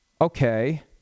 okay